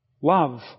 Love